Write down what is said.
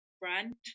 brand